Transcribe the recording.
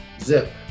Zip